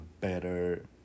better